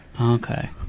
Okay